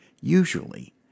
Usually